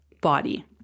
body